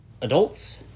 adults